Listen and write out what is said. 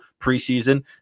preseason